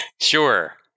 Sure